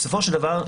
בסופו של דבר,